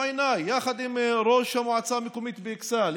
עיניי יחד עם ראש המועצה המקומית באכסאל,